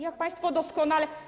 Jak państwo doskonale.